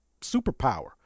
superpower